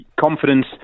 confidence